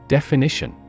Definition